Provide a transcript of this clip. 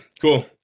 Cool